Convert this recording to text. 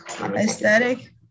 Aesthetic